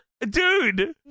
Dude